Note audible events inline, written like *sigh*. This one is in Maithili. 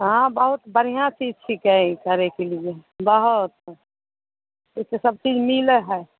हाँ बहुत बढ़िआँ चीज छिकै ई करैकऽ लिए बहुत *unintelligible* सभचीज मिलै हइ